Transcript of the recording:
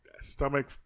Stomach